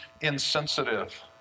insensitive